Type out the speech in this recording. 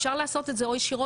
אפשר לעשות את זה או ישירות,